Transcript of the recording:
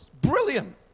brilliant